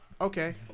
Okay